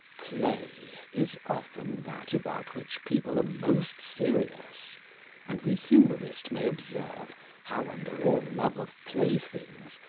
play is often that about which people are most serious and the humourist may observe how, under all love of playthings,